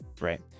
right